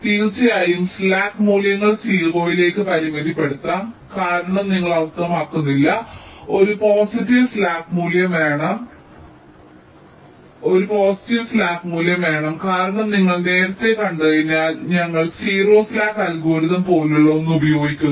തീർച്ചയായും സ്ലാക്ക് മൂല്യങ്ങൾ 0 ലേക്ക് പരിമിതപ്പെടുത്താം കാരണം നിങ്ങൾ അർത്ഥമാക്കുന്നില്ല ഒരു പോസിറ്റീവ് സ്ലാക്ക് മൂല്യം വേണം കാരണം നിങ്ങൾ നേരത്തെ കണ്ടതിനാൽ ഞങ്ങൾ 0 സ്ലാക്ക് അൽഗോരിതം പോലുള്ള ഒന്ന് ഉപയോഗിക്കുന്നു